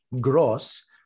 gross